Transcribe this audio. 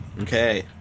Okay